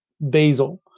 Basil